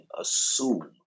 assume